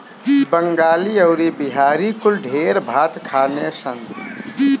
बंगाली अउरी बिहारी कुल ढेर भात खाने सन